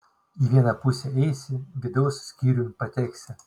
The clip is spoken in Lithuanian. į vieną pusę eisi vidaus skyriun pateksi